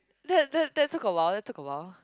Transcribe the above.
that that that took a while that took a while